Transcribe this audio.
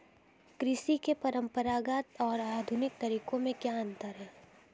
कृषि के परंपरागत और आधुनिक तरीकों में क्या अंतर है?